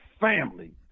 family